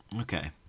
Okay